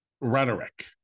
rhetoric